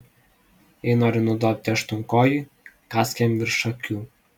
jei nori nudobti aštuonkojį kąsk jam virš akių